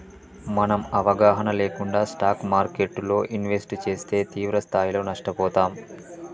మనం అవగాహన లేకుండా స్టాక్ మార్కెట్టులో ఇన్వెస్ట్ చేస్తే తీవ్రస్థాయిలో నష్టపోతాం